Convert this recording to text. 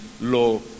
law